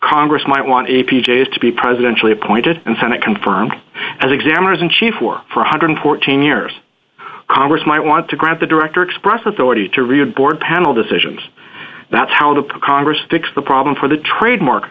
congress might want a p j s to be presidential appointed and senate confirmed as examiners in chief for four hundred and fourteen years congress might want to grab the director express authority to read board panel decisions that's how the congress fix the problem for the trademark